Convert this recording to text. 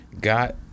got